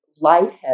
lightheaded